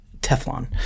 teflon